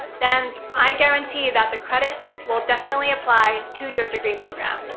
then i guarantee that the credits will definitely apply to your degree program.